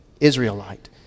Israelite